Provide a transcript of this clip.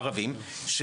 ערבים,